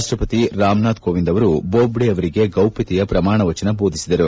ರಾಷ್ಷಪತಿ ರಾಮನಾಥ್ ಕೋವಿಂದ್ ಅವರು ಬೋಬ್ಡೆ ಅವರಿಗೆ ಗೌಪ್ಗತೆಯ ಶ್ರಮಾಣವಚನ ಬೋಧಿಸಿದರು